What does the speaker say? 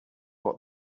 what